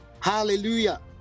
Hallelujah